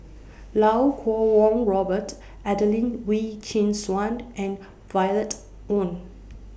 Lau Kuo Kwong Robert Adelene Wee Chin Suan and Violet Oon